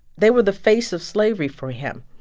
they were the face of slavery for him.